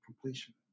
completion